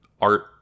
art